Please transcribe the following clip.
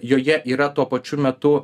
joje yra tuo pačiu metu